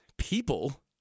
people